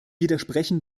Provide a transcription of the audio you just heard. widersprechen